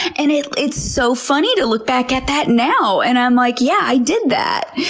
and it's it's so funny to look back at that now. and i'm like, yeah, i did that.